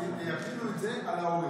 יפילו על ההורים.